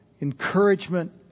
encouragement